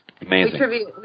Amazing